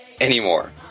anymore